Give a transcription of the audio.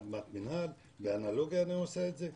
באדמת מינהל אני עושה את זה באנלוגיה.